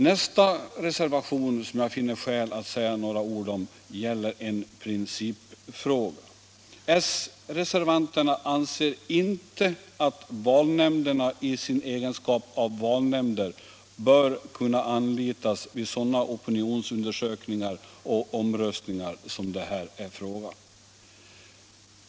Nästa reservation som jag finner skäl att säga några ord om gäller en principfråga. S-reservanterna anser inte att valnämnderna i sin egenskap av valnämnder bör kunna anlitas vid sådana opinionsundersökningar och omröstningar som det här är fråga om.